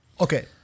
Okay